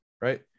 Right